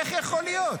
איך יכול להיות